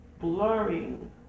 blurring